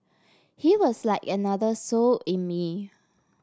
he was like another soul in me